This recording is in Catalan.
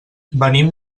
venim